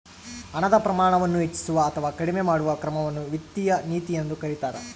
ಹಣದ ಪ್ರಮಾಣವನ್ನು ಹೆಚ್ಚಿಸುವ ಅಥವಾ ಕಡಿಮೆ ಮಾಡುವ ಕ್ರಮವನ್ನು ವಿತ್ತೀಯ ನೀತಿ ಎಂದು ಕರೀತಾರ